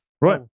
Right